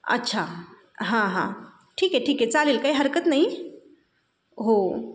अच्छा हां हां ठीक आहे ठीक आहे चालेल काही हरकत नाही हो